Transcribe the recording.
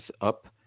up